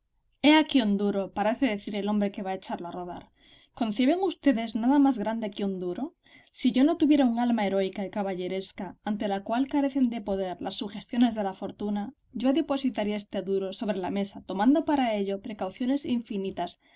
he aquí un duro parece decir el hombre que va a echarlo a rodar conciben ustedes nada más grande que un duro si yo no tuviera un alma heroica y caballeresca ante la cual carecen de poder las sugestiones de la fortuna yo depositaría este duro sobre la mesa tomando para ello precauciones infinitas